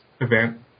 event